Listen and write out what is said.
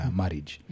marriage